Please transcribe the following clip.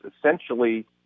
essentially